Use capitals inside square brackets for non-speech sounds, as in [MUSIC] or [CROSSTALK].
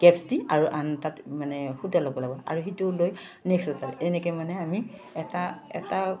[UNINTELLIGIBLE] আৰু আন তাত মানে সূতা ল'ব লাগিব আৰু সেইটো লৈ নেক্সট সূতা এনেকৈ মানে আমি এটা এটা